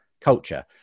culture